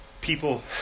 People